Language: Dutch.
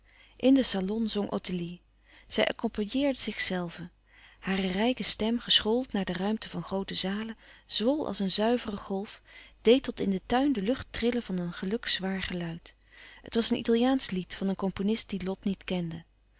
in den salon zong ottilie al zij accompagneerde zichzelve hare rijke stem geschoold naar de ruimte van groote zalen zwol als een zuivere golf deed tot in den tuin de lucht trillen van een gelukzwaar geluid het was een italiaansch lied van een componist dien lot niet kende